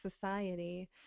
society